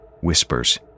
whispers